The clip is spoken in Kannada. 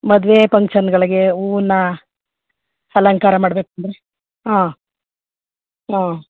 ಮದುವೆ ಪಂಕ್ಷನ್ಗಳಿಗೆ ಹೂನ ಅಲಂಕಾರ ಮಾಡ್ಬೇಕು ಅಂದರೆ ಹಾಂ ಹಾಂ